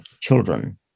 children